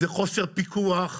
זה חוסר פיקוח,